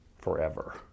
forever